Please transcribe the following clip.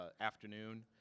afternoon